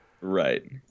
right